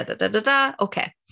Okay